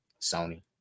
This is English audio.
Sony